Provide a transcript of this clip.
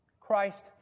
Christ